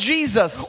Jesus